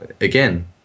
again